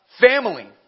Family